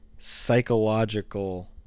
psychological